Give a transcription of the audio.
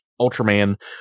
Ultraman